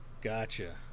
gotcha